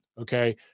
Okay